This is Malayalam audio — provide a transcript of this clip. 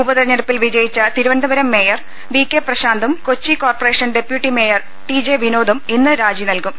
ഉപതെരഞ്ഞെടുപ്പിൽ വിജയിച്ച തിരുവനന്തപുരം മേയർ വി കെ പ്രശാന്തും Kochi corporation deputy mayor T J വിനോദും ഇന്ന് രാജി നൽകും